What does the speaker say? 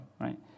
right